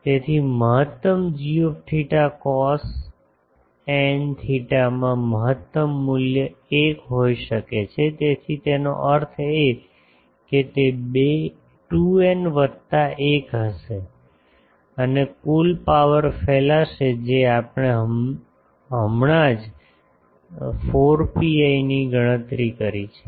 તેથી મહત્તમ G θ cos n થીટામાં મહત્તમ મૂલ્ય 1 હોઈ શકે છે તેથી તેનો અર્થ એ કે તે 2 n વત્તા 1 હશે અને કુલ પાવર ફેલાશે જે આપણે હમણાં જ 4 pi ની ગણતરી કરી છે